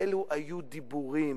ואלו היו דיבורים.